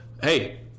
hey